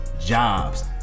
jobs